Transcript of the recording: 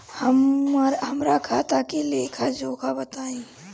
हमरा खाता के लेखा जोखा बताई?